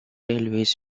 railways